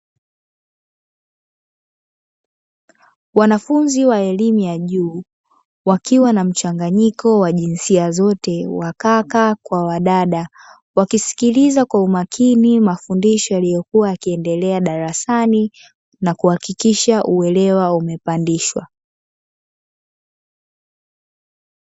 Wanafunzi wa elimu ya juu wakiwa na mchanganyiko wa jinsia zote wakaka kwa wadada, wakisikiliza kwa umakini mafundisho yaliyokuwa yakiendelea darasani na kuhakikisha uelewa umepandishwa.